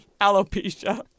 alopecia